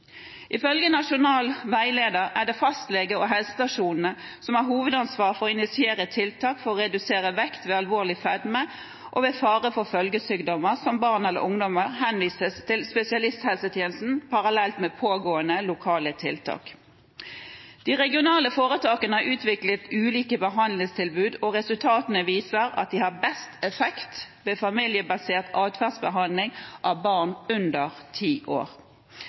Ifølge Nasjonal veileder er det fastlegen og helsestasjonene som har hovedansvar for å initiere tiltak for å redusere vekt ved alvorlig fedme og ved fare for følgesykdommer, og for at barn eller ungdommer henvises til spesialisthelsetjenesten parallelt med pågående lokale tiltak. De regionale foretakene har utviklet ulike behandlingstilbud, og resultatene viser at de har best effekt ved familiebasert atferdsbehandling av barn under ti år.